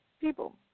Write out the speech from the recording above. people